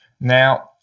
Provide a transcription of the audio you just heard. Now